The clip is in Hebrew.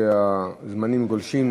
שהזמנים גולשים.